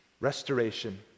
restoration